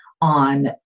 on